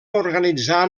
organitzà